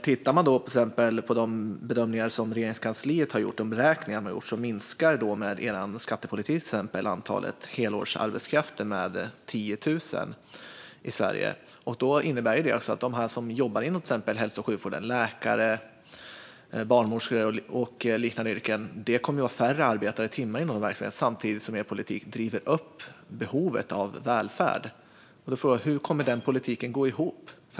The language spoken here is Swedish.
Tittar man på de beräkningar som Regeringskansliet har gjort minskar med er skattepolitik antalet helårsarbetskrafter med 10 000 i Sverige. Det innebär att de som jobbar inom till exempel hälso och sjukvården - läkare, barnmorskor och liknande yrken - kommer att ha färre arbetade timmar inom verksamheten. Samtidigt driver er politik upp behovet av välfärd. Hur kommer den politiken att gå ihop?